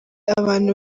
abantu